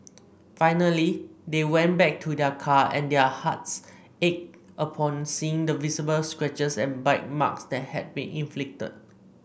finally they went back to their car and their hearts ached upon seeing the visible scratches and bite marks that had been inflicted